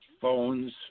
phones